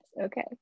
okay